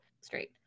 straight